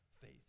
faith